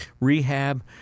rehab